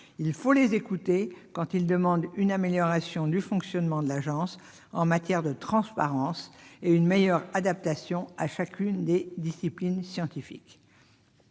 Il faut les écouter quand ils demandent une amélioration du fonctionnement de l'Agence en matière de transparence et une meilleure adaptation à chacune des disciplines scientifiques.